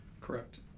Correct